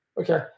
Okay